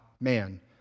man